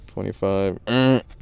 Twenty-five